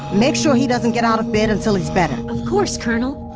make sure he doesn't get out of bed until he's better of course, colonel!